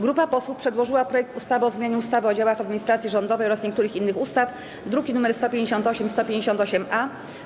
Grupa posłów przedłożyła projekt ustawy o zmianie ustawy o działach administracji rządowej oraz niektórych innych ustaw, druki nr 158 i 158-A.